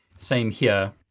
same here.